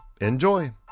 Enjoy